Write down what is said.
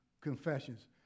confessions